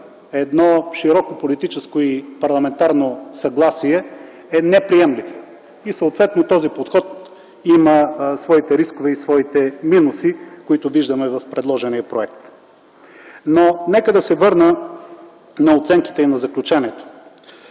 едно широко политическо и парламентарно съгласие, е неприемлив. И съответно този подход има своите рискове и своите минуси, които виждаме в предложения проект. Нека да се върна на оценките и на заключенията.